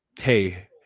Hey